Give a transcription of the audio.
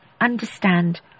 understand